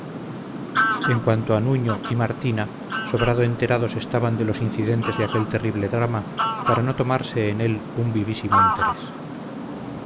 en cuanto a nuño y martina sobrado enterados estaban de los incidentes de aquel terrible drama para no tomarse en él un vivísimo interés